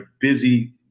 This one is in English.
busy